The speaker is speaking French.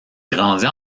grandit